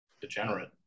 degenerate